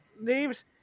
names